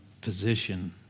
position